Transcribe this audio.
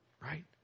Right